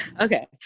Okay